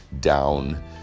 down